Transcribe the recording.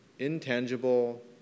intangible